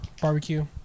barbecue